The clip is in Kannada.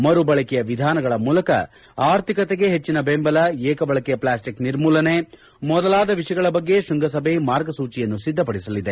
ಮರು ಬಳಕೆಯ ವಿಧಾನಗಳ ಮೂಲಕ ಆರ್ಥಿಕತೆಗೆ ಹೆಚ್ಚಿನ ಬೆಂಬಲ ಏಕ ಬಳಕೆ ಪ್ಲಾಸ್ಟಿಕ್ ನಿರ್ಮೂಲನೆ ಮೊದಲಾದ ವಿಷಯಗಳ ಬಗ್ಗೆ ಕೃಂಗಸಭೆ ಮಾರ್ಗಸೂಚಿಯನ್ನು ಸಿದ್ದಪಡಿಸಲಿದೆ